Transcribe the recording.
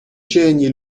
чаяния